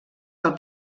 del